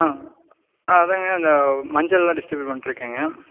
ஆ ஆ அதாங்க இந்த மஞ்சள்லாம் டிஸ்ட்ரிப்யூட் பண்ணிட்டுருக்கேங்க